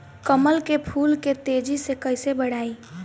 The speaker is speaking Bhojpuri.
कमल के फूल के तेजी से कइसे बढ़ाई?